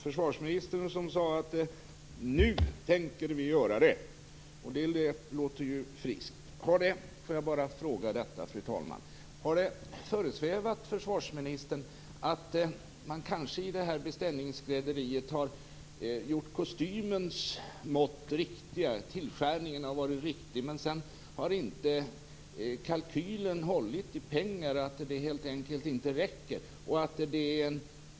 Försvarsministern sade: Nu tänker vi göra det! Det låter ju friskt. Fru talman! Jag vill bara fråga: Har det föresvävat försvarsministern att man kanske i det här beställningsskrädderiet har gjort kostymens mått riktiga och att tillskärningen är riktig, men sedan har kalkylen inte hållit när det gäller pengar? De räcker helt enkelt inte.